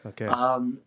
Okay